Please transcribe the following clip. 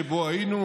שבו היינו,